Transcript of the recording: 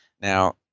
Now